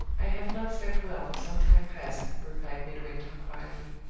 i have not slept well for some time past, replied midwinter, quietly.